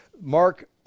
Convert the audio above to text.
Mark